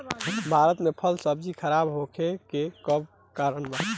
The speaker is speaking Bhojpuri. भारत में फल सब्जी खराब होखे के का कारण बा?